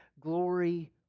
glory